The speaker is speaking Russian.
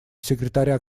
секретаря